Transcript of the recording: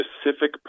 specific